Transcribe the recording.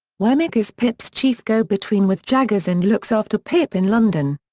wemmick is pip's chief go-between with jaggers and looks after pip in london.